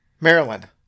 maryland